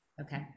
Okay